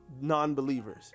non-believers